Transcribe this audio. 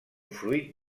fruit